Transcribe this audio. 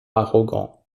arrogants